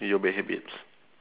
your bad habits